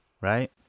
right